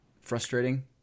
Frustrating